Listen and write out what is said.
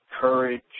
courage